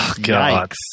God